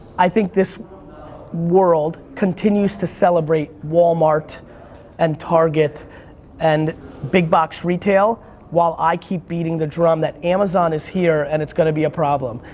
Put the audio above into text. i think this world continues to celebrate walmart and target and big-box retail while i keep beating the drum that amazon is here and it's gonna be a problem.